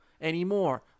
anymore